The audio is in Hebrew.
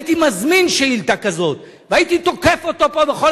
הייתי מזמין שאילתא כזאת והייתי תוקף אותו פה בכל,